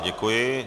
Děkuji.